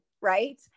right